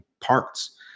parts